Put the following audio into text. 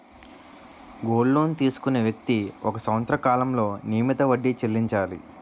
gold loan తీసుకునే వ్యక్తి ఒక సంవత్సర కాలంలో నియమిత వడ్డీ చెల్లించాలి